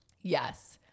Yes